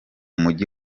mujyi